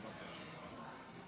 בבקשה.